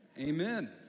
Amen